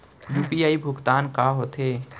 UPI भुगतान का होथे?